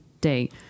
day